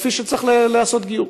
כפי שצריך להיעשות גיור.